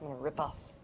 rip off